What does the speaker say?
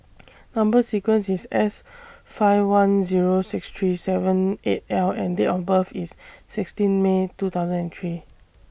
Number sequence IS S five one Zero six three seven eight L and Date of birth IS sixteen May two thousand and three